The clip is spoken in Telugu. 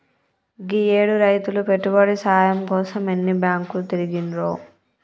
గీయేడు రైతులు పెట్టుబడి సాయం కోసం ఎన్ని బాంకులు తిరిగిండ్రో